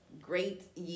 great